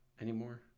anymore